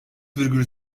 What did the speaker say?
virgül